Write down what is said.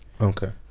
Okay